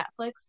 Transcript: Netflix